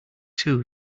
two